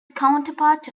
counterpart